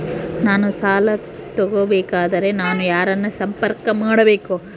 ನಾನು ಸಾಲ ತಗೋಬೇಕಾದರೆ ನಾನು ಯಾರನ್ನು ಸಂಪರ್ಕ ಮಾಡಬೇಕು?